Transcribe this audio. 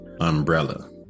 umbrella